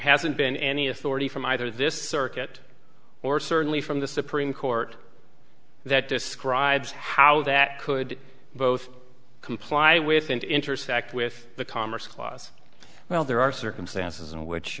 hasn't been any authority from either this circuit or certainly from the supreme court that describes how that could both comply with and intersect with the commerce clause well there are circumstances in which